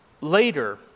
later